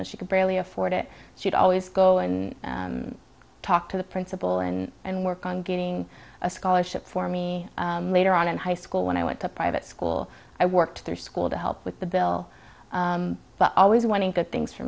though she could barely afford it she'd always go and talk to the principal in and work on good being a scholarship for me later on in high school when i went to private school i worked through school to help with the bill but always wanting good things for